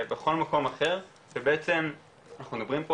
בכל מקום אחר ובעצם אנחנו מדברים,